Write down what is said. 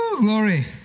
glory